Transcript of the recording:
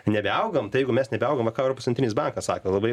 nebeaugam tai jeigu mes nebeaugam o ką europos centrinis bankas sako